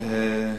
אה,